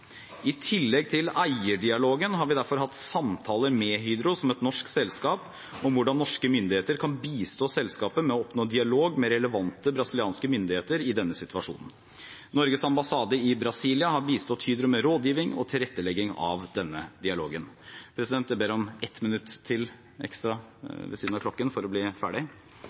I tillegg til eierdialogen har vi derfor hatt samtaler med Hydro – som et norsk selskap – om hvordan norske myndigheter kan bistå selskapet med å oppnå dialog med relevante brasilianske myndigheter i denne situasjonen. Norges ambassade i Brasilia har bistått Hydro med rådgivning og tilrettelegging av denne dialogen. Staten skal forvalte sitt eierskap på en profesjonell og forutsigbar måte i tråd med de rammene for